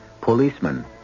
Policeman